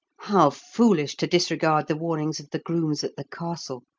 how foolish to disregard the warnings of the grooms at the castle!